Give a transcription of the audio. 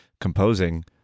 composing